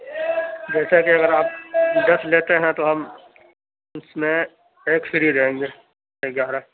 جیسا کہ اگر آپ دس لیتے ہیں تو ہم اُس میں ایک فری دیں گے گیارہ